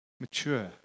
mature